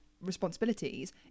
responsibilities